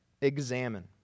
examine